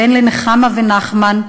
בן לנחמה ונחמן,